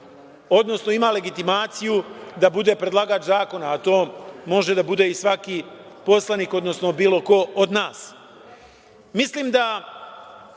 odnosno ima legitimaciju da bude predlagač zakona, a to može da bude i svaki poslanik, odnosno bilo ko od nas. Mislim da